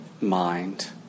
mind